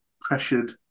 pressured